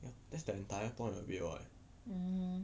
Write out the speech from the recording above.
that's the entire point of it [what]